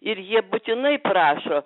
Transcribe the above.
ir jie būtinai prašo